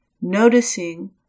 noticing